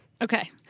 Okay